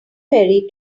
ferry